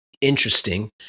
interesting